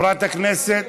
חברת הכנסת,